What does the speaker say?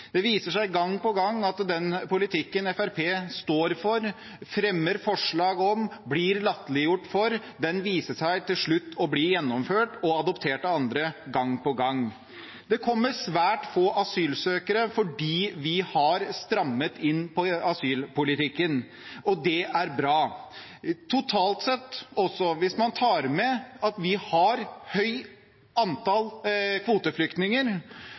Det viser seg gang på gang at den politikken Fremskrittspartiet står for, fremmer forslag om og blir latterliggjort for, til slutt blir gjennomført og adoptert av andre. Det kommer svært få asylsøkere, fordi vi har strammet inn på asylpolitikken, og det er bra. Totalt sett – hvis man tar med at vi har et høyt antall kvoteflyktninger,